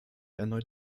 erneut